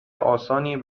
آسان